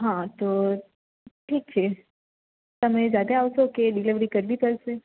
હા તો ઠીક છે તમે જાતે આવશો કે ડિલેવરી કરવી પડશે